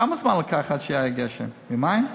כמה זמן לקח עד שהיה גשם, יומיים?